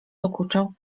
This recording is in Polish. dokuczał